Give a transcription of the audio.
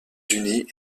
unis